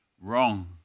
wrong